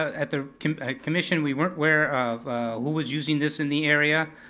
at the commission, we weren't aware of who was using this in the area.